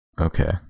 Okay